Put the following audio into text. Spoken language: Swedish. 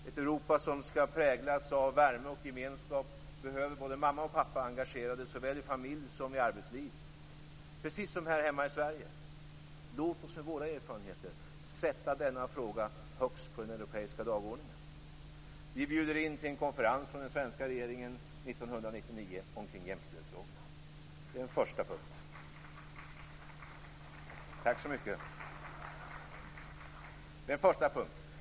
Ett Europa som skall präglas av värme och gemenskap behöver både mamma och pappa engagerade såväl i familj som i arbetsliv, precis som här hemma i Sverige. Låt oss med våra erfarenheter sätta denna fråga högst på den europeiska dagordningen. Vi bjuder från den svenska regeringen in till en konferens 1999 om jämställdhetsfrågorna. Tack så mycket för den applåden! Det är den första punkten.